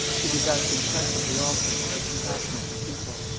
to be thus impressively offered to the compassion of her people.